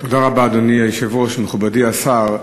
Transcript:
תודה רבה, אדוני היושב-ראש, מכובדי השר,